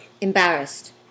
embarrassed